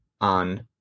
On